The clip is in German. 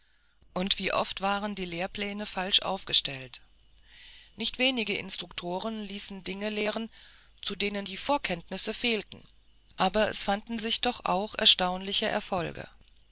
und wie oft waren die lehrpläne falsch aufgestellt nicht wenige instruktoren ließen dinge lehren zu denen die vorkenntnisse fehlten aber es fanden sich doch auch erfreuliche erfolge